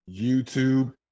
youtube